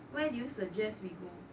where do you suggest we go